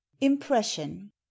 impression